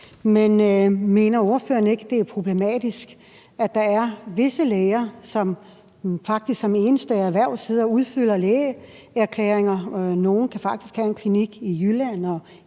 Men mener ordføreren ikke, det er problematisk, at der er visse læger, der faktisk som deres eneste erhverv sidder og udfylder lægeerklæringer – nogle kan faktisk have en klinik i Jylland